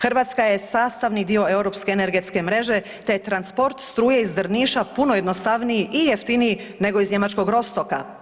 Hrvatska je sastavni dio Europske energetske mreže te transport struje iz Drniša puno je jednostavniji i jeftiniji nego iz njemačkog Rostoka.